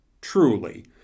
truly